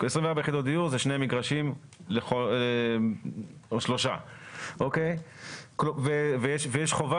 24 יחידות דיור זה שני מגרשים או שלושה ויש חובה